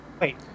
Wait